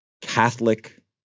Catholic